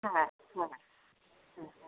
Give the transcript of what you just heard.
হ্যাঁ হ্যাঁ হ্যাঁ